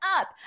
up